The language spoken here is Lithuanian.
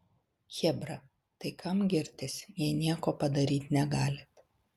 chebra tai kam girtis jei nieko padaryt negalit